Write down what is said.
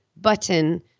button